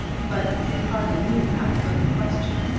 but he hardly knew how to put the question.